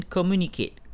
Communicate